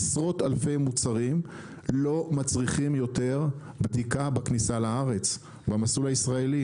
עשרות אלפי מוצרים לא מצריכים יותר בדיקה בכניסה לארץ במסלול הישראלי,